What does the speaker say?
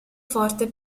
forte